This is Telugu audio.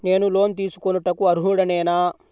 నేను లోన్ తీసుకొనుటకు అర్హుడనేన?